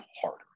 harder